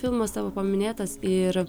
filmas savo paminėtas ir